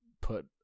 put